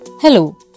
Hello